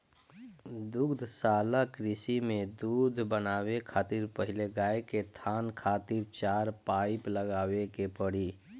दुग्धशाला कृषि में दूध बनावे खातिर पहिले गाय के थान खातिर चार पाइप लगावे के पड़ी